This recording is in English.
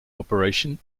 operations